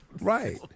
Right